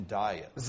diet